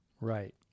right